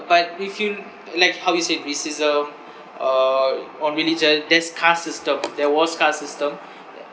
but we feel like how you said racism uh or religion there's caste system there was caste system